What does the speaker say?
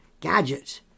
Gadgets